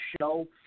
show